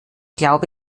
glaube